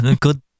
Good